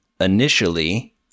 initially